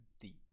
deep